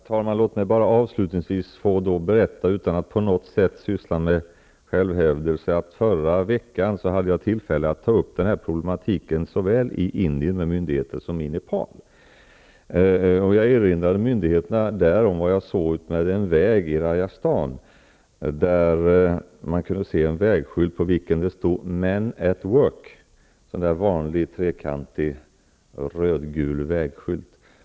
Herr talman! Låt mig avslutningsvis få berätta, utan att på något sätt syssla med självhävdelse, att jag förra veckan hade tillfälle att ta upp de här problemen med myndigheter såväl i Indien som i Nepal. Jag erinrade myndigheterna där om vad jag såg utmed en väg i Rajasthan. Där kunde man se en vägskylt på vilken det stod: Men at Work. Det var en vanlig, trekantig, rödgul vägskylt.